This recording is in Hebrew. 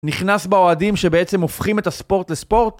נכנס באוהדים שבעצם הופכים את הספורט לספורט.